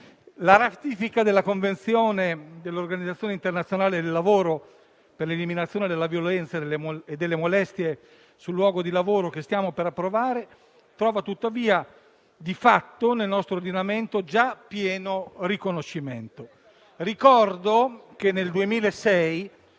La ratifica della Convenzione dell'Organizzazione internazionale del lavoro per l'eliminazione della violenza e delle molestie sul luogo di lavoro che stiamo per approvare trova tuttavia, di fatto, già pieno riconoscimento nel nostro ordinamento. Ricordo che nel 2006,